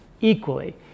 equally